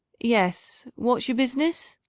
yes what's your business?